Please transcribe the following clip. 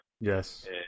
Yes